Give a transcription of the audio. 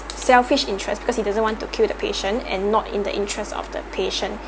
selfish interest because he doesn't want to kill the patient and not in the interest of the patient